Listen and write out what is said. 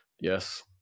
Yes